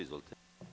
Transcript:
Izvolite.